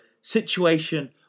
situation